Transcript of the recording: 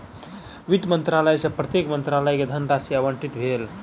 वित्त मंत्रालय सॅ प्रत्येक मंत्रालय के धनराशि आवंटित भेल